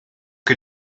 que